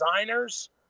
designers